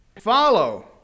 follow